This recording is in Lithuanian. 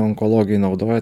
onkologai naudoja